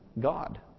God